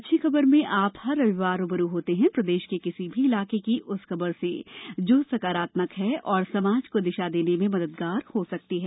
अच्छी खबर में आप हर रविवार रू ब रू होते हैं प्रदेश के किसी भी इलाके की उस खबर से जो सकारात्मक है और समाज को दिशा देने में मददगार हो सकती है